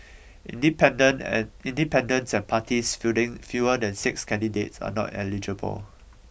independent and independents has parties fielding fewer than six candidates are not eligible